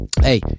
Hey